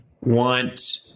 want